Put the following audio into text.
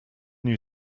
new